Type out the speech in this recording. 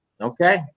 okay